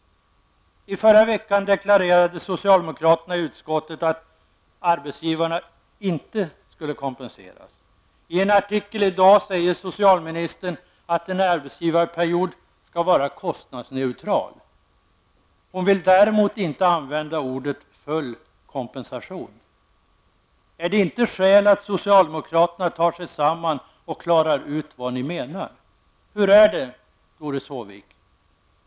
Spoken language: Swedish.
I förra veckan deklarerade socialdemokraterna i utskottet att arbetsgivarna inte skulle kompenseras. I en artikel i dag säger socialministern att en arbetsgivarperiod skall vara kostnadsneutral. Hon vill däremot inte använda ordet full kompensation. Är det inte skäl att socialdemokraterna tar sig samman och klarar ut vad de menar? Hur är det, Doris Håvik?